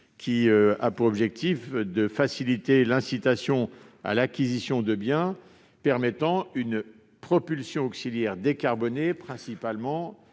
I-25 a pour objectif de faciliter l'incitation à l'acquisition de biens permettant une propulsion auxiliaire décarbonée, principalement